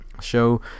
show